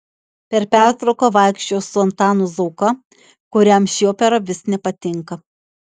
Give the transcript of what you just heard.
per pertrauką vaikščiojau su antanu zauka kuriam ši opera vis nepatinka